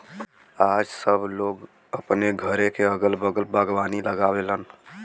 आज सब लोग अपने घरे क अगल बगल बागवानी लगावलन